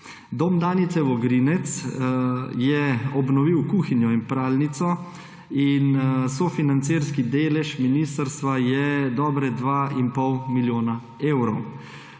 Dom Danice Vogrinec je obnovil kuhinjo in pralnico; sofinancerski delež ministrstva je dobra 2,5 milijona evrov;